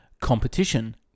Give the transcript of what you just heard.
Competition